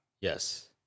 Yes